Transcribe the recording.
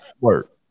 work